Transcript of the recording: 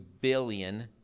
billion